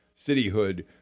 cityhood